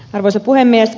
arvoisa puhemies